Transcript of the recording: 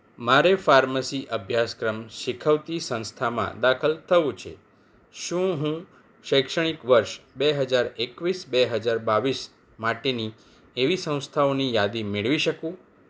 મારે ફાર્મસી અભ્યાસક્રમ શીખવતી સંસ્થામાં દાખલ થવું છે શું હું શૈક્ષણિક વર્ષ બે હજાર એકવીસ બે હજાર બાવીસ માટેની એવી સંસ્થાઓની યાદી મેળવી શકું